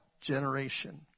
generation